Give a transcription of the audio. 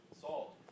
Salt